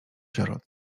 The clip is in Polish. sierot